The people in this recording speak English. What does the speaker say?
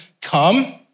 come